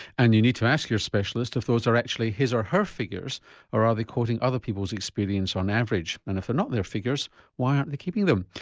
and you need to ask your specialist if those are actually his or her figures or are they quoting other people's experience on average and if they're not their figures why aren't they keeping them.